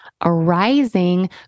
arising